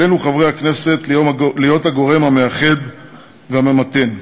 עלינו, חברי הכנסת, להיות הגורם המאחד והממתן.